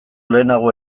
lehenago